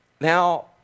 Now